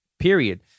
period